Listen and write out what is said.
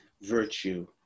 virtue